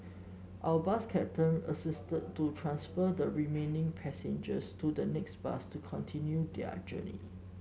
our bus captain assisted to transfer the remaining passengers to the next bus to continue their journey